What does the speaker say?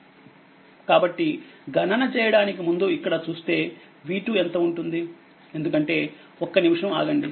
కాబట్టి గణన చేయడానికి ముందు ఇక్కడ చూస్తేv2 ఎంత ఉంటుంది ఎందుకంటే ఒక్క నిమిషం ఆగండి